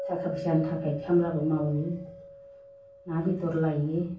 थाखा फैसायानो थाखाया खामलाबो मावो ना बेदर लायो